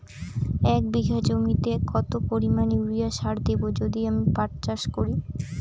এক বিঘা জমিতে কত পরিমান ইউরিয়া সার দেব যদি আমি পাট চাষ করি?